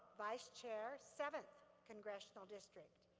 vice chair, seventh congressional district.